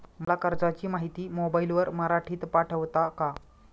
मला कर्जाची माहिती मोबाईलवर मराठीत पाठवता का?